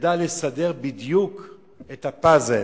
ידע לסדר בדיוק את הפאזל,